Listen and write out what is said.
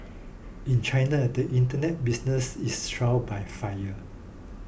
in China the Internet business is trial by fire